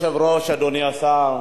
אדוני היושב-ראש, אדוני השר,